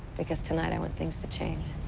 because tonight i want things to change.